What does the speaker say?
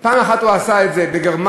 פעם אחת הוא עשה את זה בגרמניה,